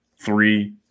three